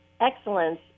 excellence